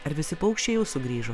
ar visi paukščiai jau sugrįžo